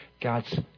God's